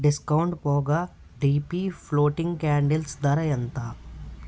discount పోగా DP floating candles ధర ఎంత